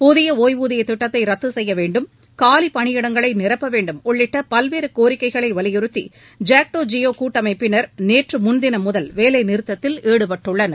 புதிய ஒய்வூதிய திட்டத்தை ரத்து செய்ய வேண்டும் காலி பணியிடங்களை நிரப்ப வேண்டும் உள்ளிட்ட பல்வேறு கோரிக்கைகளை வலியுறுத்தி ஜாக்டோ ஜியோ கூட்டமைப்பினர் நேற்று முன்தினம் முதல் வேலைநிறுத்தத்தில் ஈடுபட்டுள்ளனர்